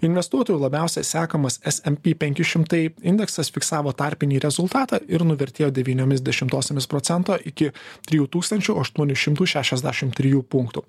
investuotojų labiausia sekamas smp penki šimtai indeksas fiksavo tarpinį rezultatą ir nuvertėjo devyniomis dešimtosiomis procento iki trijų tūkstančių aštuonių šimtų šešiasdešim trijų punktų